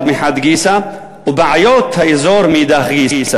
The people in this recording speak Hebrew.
מחד גיסא ואת בעיות האזור מאידך גיסא?